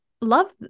love